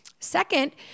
Second